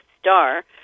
star